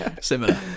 Similar